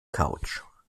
couch